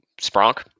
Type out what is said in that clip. Spronk